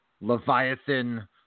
Leviathan